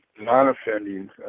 non-offending